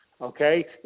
okay